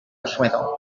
allweddol